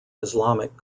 islamic